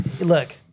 Look